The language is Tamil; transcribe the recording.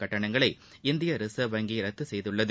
கட்டணங்களை இந்திய ரிசர்வ் வங்கி ரத்து செய்துள்ளது